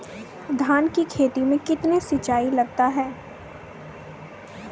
धान की खेती मे कितने सिंचाई लगता है?